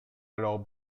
alors